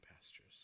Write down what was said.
pastures